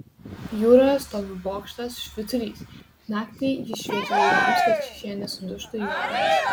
jūroje stovi bokštas švyturys naktį jis šviečia laivams kad šie nesudužtų į uolas